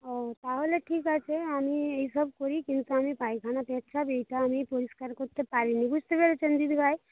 ও তাহলে ঠিক আছে আমি এইসব করি কিন্তু আমি পায়খানা পেচ্ছাপ এইটা আমি পরিষ্কার করতে পারি না বুঝতে পেরেছেন দিদিভাই